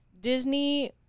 Disney